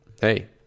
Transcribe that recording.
hey